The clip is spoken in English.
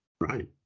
right